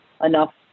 enough